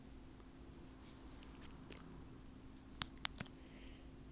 不懂 leh 它什么都不管的